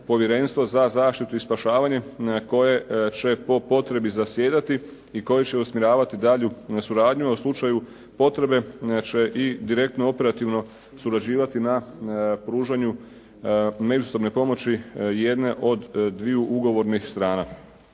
za zaštitu i spašavanje koje će po potrebi zasjedati i koje će usmjeravati daljnju suradnju. U slučaju potrebe ona će i direktno operativno surađivati na pružanju međusobne pomoći jedne od dviju ugovornih strana.